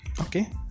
okay